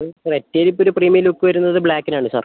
ഓ ക്രെറ്റയിൽ ഇപ്പോൾ ഒരു പ്രീമിയം ലുക്ക് വരുന്നത് ബ്ലാക്കിനാണ് സാർ